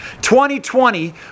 2020